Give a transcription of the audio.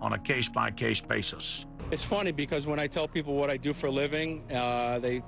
on a case by case basis it's funny because when i tell people what i do for a living